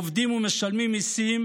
עובדים ומשלמים מיסים,